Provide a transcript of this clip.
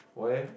why eh